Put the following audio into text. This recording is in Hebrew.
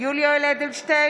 יולי יואל אדלשטיין,